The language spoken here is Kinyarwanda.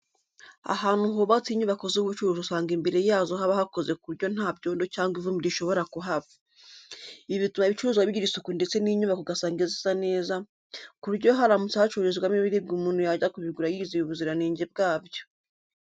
Ahantu hubatse inyubako z'ubucuruzi usanga imbere yazo haba hakoze ku buryo nta byondo cyangwa ivumbi rishobora kuhaba. Ibi bituma ibicuruzwa bigira isuku ndetse n'inyubako ugasanga zisa neza, ku buryo haramutse hacururizwamo ibiribwa umuntu ajya kubigura yizeye ubuziranenge bwabyo.